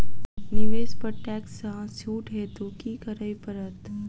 निवेश पर टैक्स सँ छुट हेतु की करै पड़त?